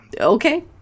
Okay